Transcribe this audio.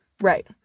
right